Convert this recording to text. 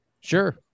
Sure